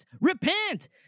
repent